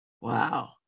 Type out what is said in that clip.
Wow